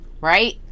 right